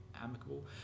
amicable